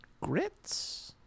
grits